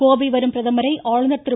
கோவை வரும் பிரதமரை ஆளுநர் திரு